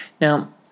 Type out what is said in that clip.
Now